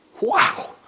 Wow